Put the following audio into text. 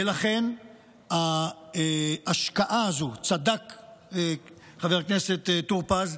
ולכן ההשקעה הזו, צדק חבר הכנסת טור פז,